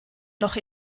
noch